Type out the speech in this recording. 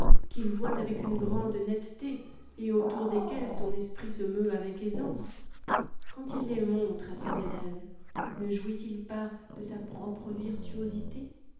qu'il voit avec une grande netteté et autour desquelles son esprit se meut avec aisance quand il les montre à ses élèves ne jouit il pas de sa propre virtuosité